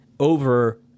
over